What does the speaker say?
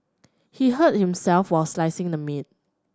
he hurt himself while slicing the meat